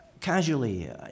casually